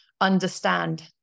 understand